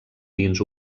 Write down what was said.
dins